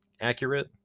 Accurate